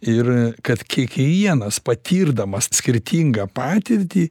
ir kad kiekvienas patirdamas skirtingą patirtį